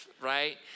right